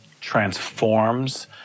transforms